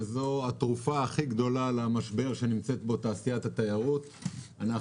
וזאת התרופה הכי גדולה למשבר התיירות אנחנו